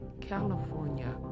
California